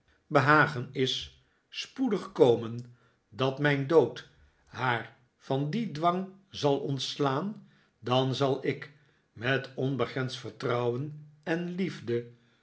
als temijn dood haar van dien dwang zal ontslaan dan zal ik met onbegrensd vertrouwen en liefde